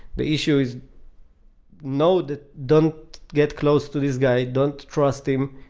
the issue is know that don't get close to this guy. don't trust him.